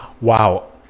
wow